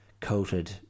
coated